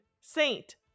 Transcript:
saint